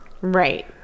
Right